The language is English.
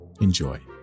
Enjoy